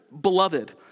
beloved